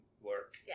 work